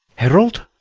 herald,